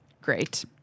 Great